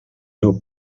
meu